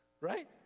right